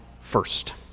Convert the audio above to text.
first